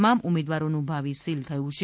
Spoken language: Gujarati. તમામ ઉમેદવારોનું ભાવિ સીલ થયું છે